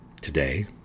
today